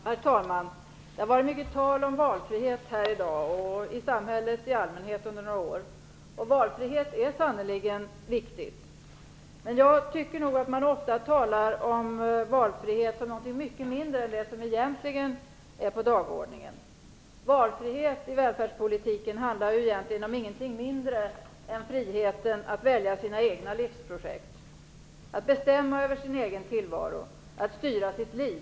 Herr talman! Det har varit mycket tal om valfrihet här i riksdagen i dag, och i samhället i allmänhet under några år. Valfrihet är sannerligen viktigt. Men ofta talar man om valfrihet som något mycket mindre än det som egentligen är på dagordningen. Valfrihet i välfärdspolitiken handlar ju egentligen om ingenting mindre än frihet att välja sina egna livsprojekt, att bestämma över sin egen tillvaro, att styra sitt liv.